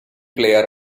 player